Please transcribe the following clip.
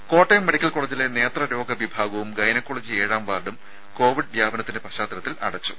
ദേദ കോട്ടയം മെഡിക്കൽ കോളജിലെ നേത്ര രോഗ വിഭാഗവും ഗൈനക്കോളജി ഏഴാം വാർഡും കോവിഡ് വ്യാപനത്തിന്റെ പശ്ചാത്തലത്തിൽ അടച്ചു